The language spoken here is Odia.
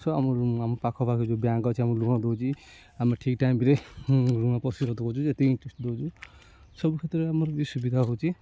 ସ ଆମର ଆମ ପାଖ ପାଖ ଯେଉଁ ବ୍ୟାଙ୍କ୍ ଅଛି ଆମୁକୁ ଋଣ ଦଉଛି ଆମେ ଠିକ୍ ଟାଇମ୍ରେ ହୁଁ ଋଣ ପରିଶୋଧ ଯେତିକି ଇଣ୍ଟରେଷ୍ଟ ଦଉଛୁ ସବୁ କ୍ଷେତ୍ରରେ ଆମର ବି ସୁବିଧା ହଉଛି